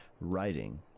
writing